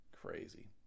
Crazy